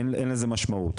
אין לזה משמעות.